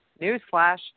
Newsflash